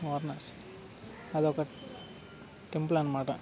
వారణాసి అదొక టెంపుల్ అన్నమాట